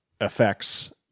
effects